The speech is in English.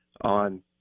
on